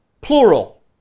plural